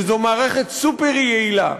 שזו מערכת סופר-יעילה,